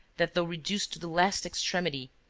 that, though reduced to the last extremity,